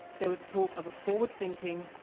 there was talk of a forward thinking,